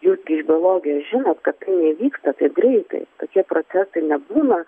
jūs gi iš biologijos žinot kad tai nevyksta taip greitai kad tie procesai nebūna